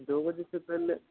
दो बजे से पहले